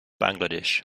bangladesh